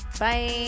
Bye